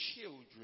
children